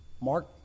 Mark